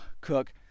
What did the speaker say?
cook